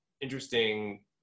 interesting